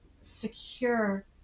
secure